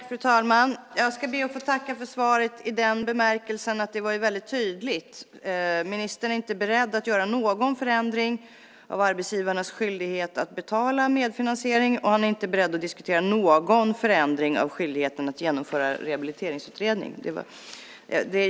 Fru talman! Jag ber att få tacka för svaret. Det var ju väldigt tydligt. Ministern är inte beredd att göra någon förändring av arbetsgivarnas skyldighet att betala medfinansiering och han är inte beredd att diskutera någon förändring av skyldigheten att genomföra en rehabiliteringsutredning.